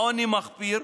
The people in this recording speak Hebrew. בעוני מחפיר.